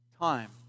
Time